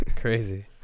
Crazy